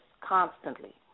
constantly